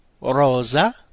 Rosa